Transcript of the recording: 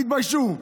תתביישו.